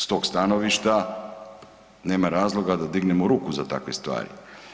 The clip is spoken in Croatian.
S tog stanovišta nema razloga da dignemo ruku za takve stvari.